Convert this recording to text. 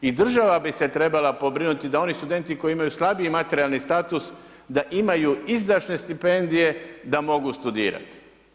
I država bi se trebala pobrinuti da oni studenti koji imaju slabiji materijalni status, da imaju izdašne stipendije da mogu studirati.